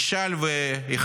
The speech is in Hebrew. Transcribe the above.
הוא נשאל והכריז: